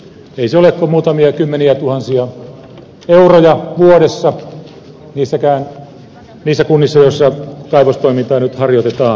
ei se ole kuin muutamia kymmeniätuhansia euroja vuodessa niissä kunnissa joissa kaivostoimintaa nyt harjoitetaan